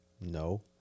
No